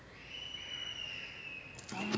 (uh huh)